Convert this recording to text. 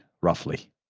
roughly